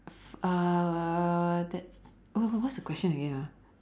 ~s uh that's wha~ wha~ what's the question again ah